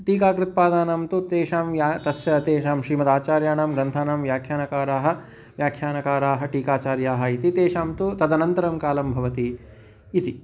टीकाकृत्पादानां तु तेषां या तस्य तेषां श्रीमध्वाचार्याणां ग्रन्थानां व्याख्यानकाराः व्याख्यानकाराः टीकाचार्याः इति तेषां तु तदनन्तरं कालं भवति इति